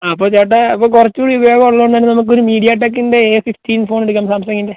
ആ അപ്പോൾ ചേട്ടാ അപ്പോൾ കുറച്ച് കൂടി ഉപയോഗം ഉള്ളതുകൊണ്ട് തന്നെ നമുക്കൊരു മീഡിയടെക്കിൻ്റെ എ ഫിഫ്റ്റീൻ ഫോണ് എടുക്കാം സാംസംഗിൻ്റെ